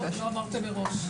לא, לא אמרתם מראש.